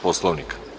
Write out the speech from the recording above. Poslovnika?